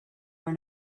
were